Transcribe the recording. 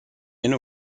inner